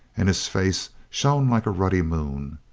and his face shone like a ruddy moon.